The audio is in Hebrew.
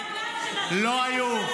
לא היו.